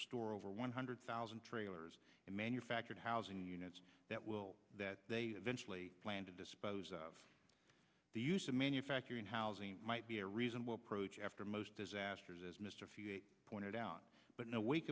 store over one hundred thousand trailers in manufactured housing units that will that they eventually plan to dispose of the used to manufacturing housing might be a reasonable approach after most disasters as mr pointed out but no wake